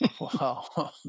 Wow